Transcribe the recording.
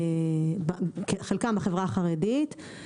חלקם בחברה החרדית,